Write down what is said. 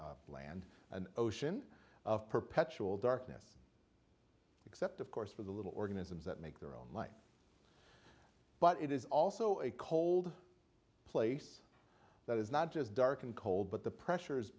land land an ocean of perpetual darkness except of course for the little organisms that make their own life but it is also a cold place that is not just dark and cold but the pressures